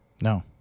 No